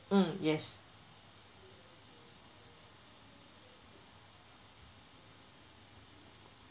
mm yes